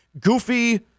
goofy